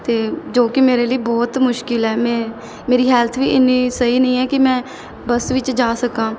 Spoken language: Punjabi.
ਅਤੇ ਜੋ ਕਿ ਮੇਰੇ ਲਈ ਬਹੁਤ ਮੁਸ਼ਕਲ ਹੈ ਮੈਂ ਮੇਰੀ ਹੈਲਥ ਵੀ ਇੰਨੀ ਸਹੀ ਨਹੀਂ ਹੈ ਕਿ ਮੈਂ ਬੱਸ ਵਿੱਚ ਜਾ ਸਕਾਂ